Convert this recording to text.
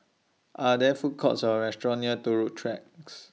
Are There Food Courts Or restaurants near Turut Tracks